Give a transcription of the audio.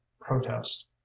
protest